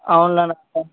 అవును